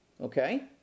Okay